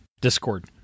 Discord